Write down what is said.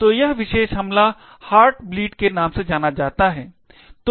तो यह विशेष हमला हार्ट ब्लीड के नाम से जाना जाता है